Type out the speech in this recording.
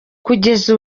kugeza